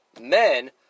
men